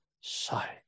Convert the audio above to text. sight